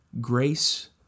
Grace